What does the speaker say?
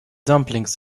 dumplings